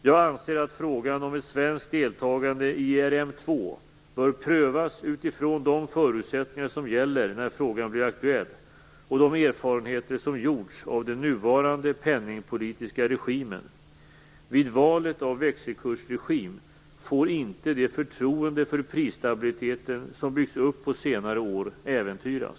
Jag anser att frågan om ett svenskt deltagande i ERM2 bör prövas utifrån de förutsättningar som gäller när frågan blir aktuell och de erfarenheter som gjorts av den nuvarande penningpolitiska regimen. Vid valet av växelkursregim får inte det förtroende för prisstabiliteten som byggts upp på senare år äventyras.